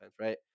right